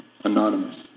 Anonymous